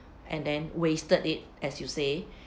and then wasted it as you say